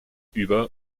über